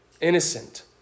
innocent